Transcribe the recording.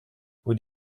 would